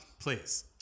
Please